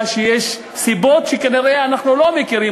יש סיבות שכנראה אנחנו לא מכירים,